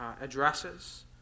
addresses